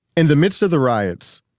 in the midst of the riots,